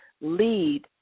lead